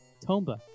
Tomba